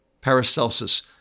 Paracelsus